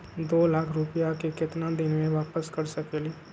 दो लाख रुपया के केतना दिन में वापस कर सकेली?